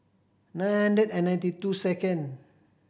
nine hundred and ninety two second